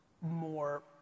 more